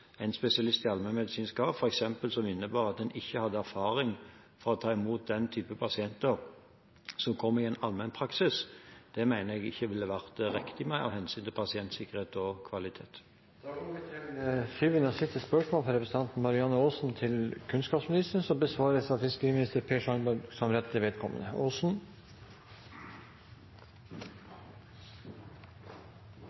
en spesialist i allmennmedisin skal ha – f.eks. var vi inne på at en ikke hadde erfaring med å ta imot den type pasienter som kom i en allmennpraksis – det mener jeg ikke ville vært riktig av hensyn til pasientsikkerhet og kvalitet. Dette spørsmålet, fra representanten Marianne Aasen til kunnskapsministeren, vil bli besvart av fiskeriministeren som rette vedkommende. «Fiskeriminister Per Sandberg